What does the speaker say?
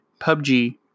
PUBG